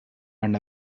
and